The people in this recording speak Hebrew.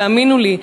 תאמינו לי,